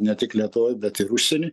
ne tik lietuvoj bet ir užsieny